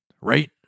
right